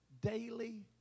daily